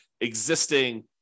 existing